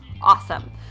awesome